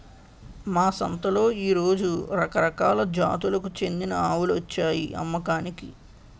మా సంతలో ఈ రోజు రకరకాల జాతులకు చెందిన ఆవులొచ్చాయి అమ్మకానికి